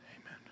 amen